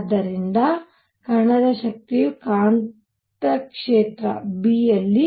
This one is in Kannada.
ಆದ್ದರಿಂದ ಕಣದ ಶಕ್ತಿಯು ಕಾಂತಕ್ಷೇತ್ರ B ಯಲ್ಲಿ